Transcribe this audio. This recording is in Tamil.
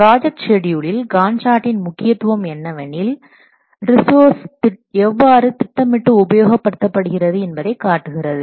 ப்ராஜெக்ட் ஷெட்யூலில் காண்ட் சார்ட்டின் முக்கியத்துவம் என்னவெனில் ரிஸோர்சஸ் எவ்வாறு திட்டமிட்டு உபயோகிக்கப்படுகிறது என்பதை காட்டுகிறது